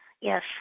Yes